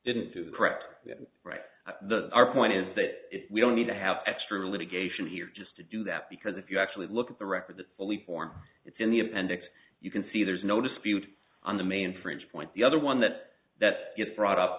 didn't do correctly right the our point is that we don't need to have extra litigation here just to do that because if you actually look at the record the only form it's in the appendix you can see there's no dispute on the mainframe's point the other one that that gets brought up